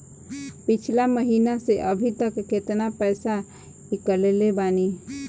पिछला महीना से अभीतक केतना पैसा ईकलले बानी?